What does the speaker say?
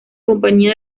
compañía